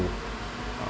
uh